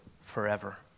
forever